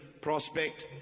prospect